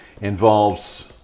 involves